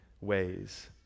ways